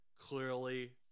clearly